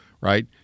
right